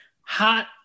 hot